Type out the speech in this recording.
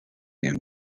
him